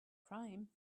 crime